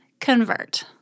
convert